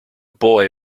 boy